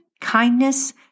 kindness